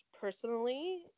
personally